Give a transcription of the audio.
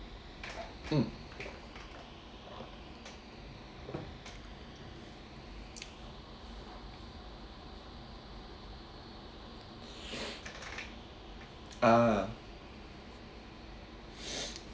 mm uh